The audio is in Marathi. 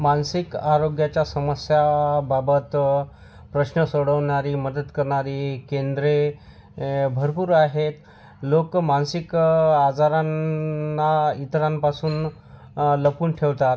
मानसिक आरोग्याच्या समस्याबाबत प्रश्न सोडवणारी मदत करणारी केंद्रे ए भरपूर आहेत लोकं मानसिक आजारांना इतरांपासून लपवून ठेवतात